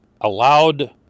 allowed